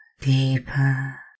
deeper